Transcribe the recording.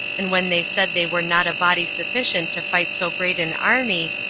and when they said they were not a body sufficient to fight so great an army,